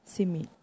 Simi